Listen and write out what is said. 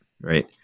right